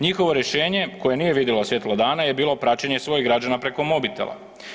Njihovo rješenje koje nije vidjelo svjetlo dana je bilo praćenje svojih građana preko mobitela.